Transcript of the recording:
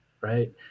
right